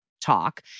talk